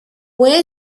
fue